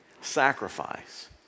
sacrifice